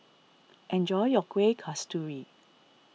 enjoy your Kueh Kasturi